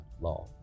Law